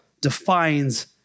defines